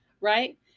right